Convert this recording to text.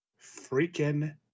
freaking